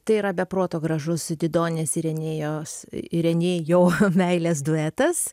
tai yra be proto gražus didonės ir enėjos ir enėjo meilės duetas